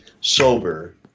sober